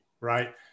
right